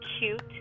cute